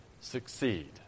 succeed